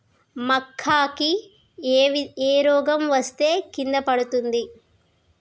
మక్కా కి ఏ రోగం వస్తే కింద పడుతుంది?